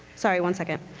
sorry, one second.